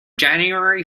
january